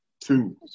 two